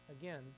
again